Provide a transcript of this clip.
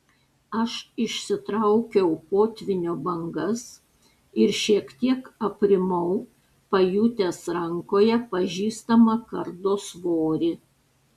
aš išsitraukiau potvynio bangas ir šiek tiek aprimau pajutęs rankoje pažįstamą kardo svorį